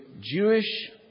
Jewish